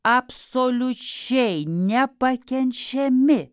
absoliučiai nepakenčiami